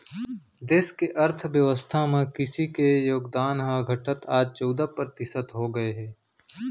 देस के अर्थ बेवस्था म कृसि के योगदान ह घटत आज चउदा परतिसत हो गए हे